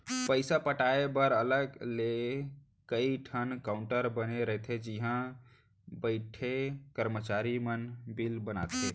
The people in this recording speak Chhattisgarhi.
पइसा पटाए बर अलग ले कइ ठन काउंटर बने रथे जिहॉ बइठे करमचारी मन बिल बनाथे